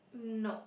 nope